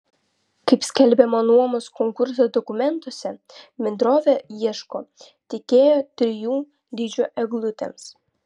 kaip skelbiama nuomos konkurso dokumentuose bendrovė ieško tiekėjo trijų dydžių eglutėms